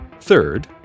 Third